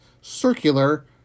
circular